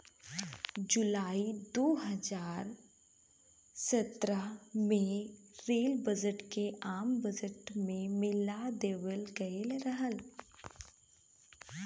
जुलाई दू हज़ार सत्रह में रेल बजट के आम बजट में मिला देवल गयल रहल